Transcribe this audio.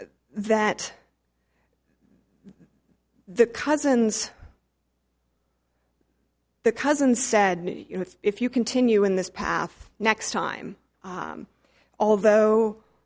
is that the cousins the cousin said you know if you continue in this path next time although